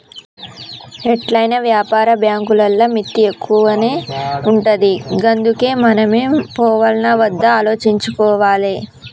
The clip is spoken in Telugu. ఎట్లైనా వ్యాపార బాంకులల్ల మిత్తి ఎక్కువనే ఉంటది గందుకే మనమే పోవాల్నా ఒద్దా ఆలోచించుకోవాలె